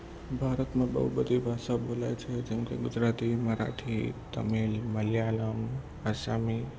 ભારતમાં બહુ બધી ભાષા બોલાય છે જેમ કે ગુજરાતી મરાઠી તમિલ મલયાલમ આસામી